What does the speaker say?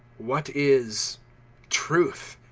what is truth?